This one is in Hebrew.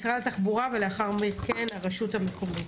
נציגי משרד התחבורה ולאחר מכן נציגי הרשות המקומית.